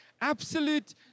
Absolute